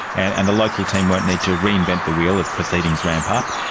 and and the local team won't need to reinvent the wheel as proceedings ramp up.